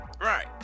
Right